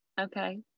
Okay